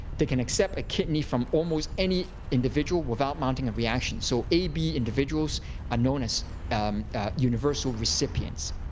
they can accept a kidney from almost any individual without mounting a reaction. so ab individuals are known as um universal recipients.